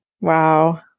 Wow